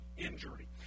injury